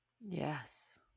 Yes